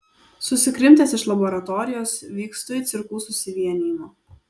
susikrimtęs iš laboratorijos vykstu į cirkų susivienijimą